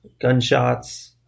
gunshots